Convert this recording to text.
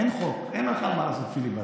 אין חוק, אין לך מה לעשות פיליבסטר.